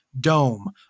Dome